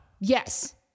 Yes